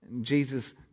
Jesus